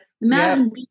imagine